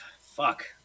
fuck